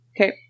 Okay